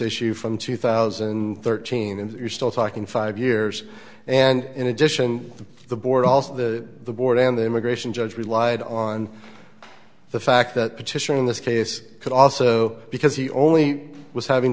issue from two thousand and thirteen and you're still talking five years and in addition the board also the board and the immigration judge relied on the fact that petition in this case could also because he only was having